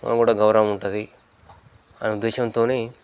మనకు కూడా గౌరవం ఉంటుంది అనే ఉద్దేశంతోనే